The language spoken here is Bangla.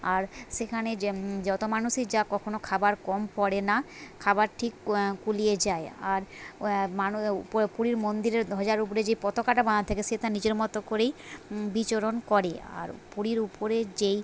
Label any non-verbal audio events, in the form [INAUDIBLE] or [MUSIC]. আর সেখানে [UNINTELLIGIBLE] যত মানুষই যাক কখনো খাবার কম পড়ে না খাবার ঠিক কুলিয়ে যায় আর [UNINTELLIGIBLE] পুরীর মন্দিরে ধ্বজার উপরে যে পতাকাটা বাঁধা থাকে সে তার নিজের মতো করেই বিচরণ করে আর পুরীর উপরের যেই